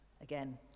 Again